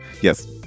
Yes